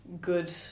good